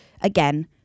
Again